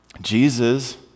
Jesus